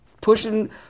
pushing